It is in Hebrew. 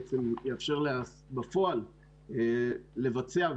יאפשר בפועל לבצע,